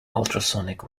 ultrasonic